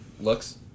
looks